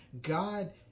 God